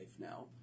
now